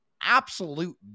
absolute